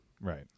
right